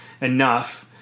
enough